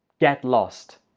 get lost.